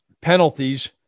penalties